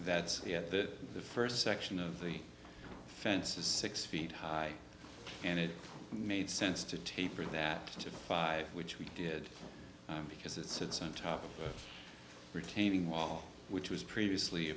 that's yet that the first section of the fence is six feet high and it made sense to taper that to five which we did because it sits on top of a retaining wall which was previously